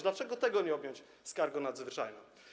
Dlaczego tego nie objąć skargą nadzwyczajną?